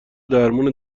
درمون